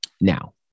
Now